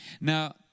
Now